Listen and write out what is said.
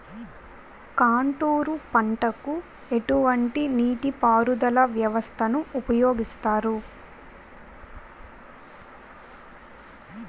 Contour పంటకు ఎటువంటి నీటిపారుదల వ్యవస్థను ఉపయోగిస్తారు?